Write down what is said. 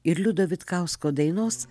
ir liudo vitkausko dainos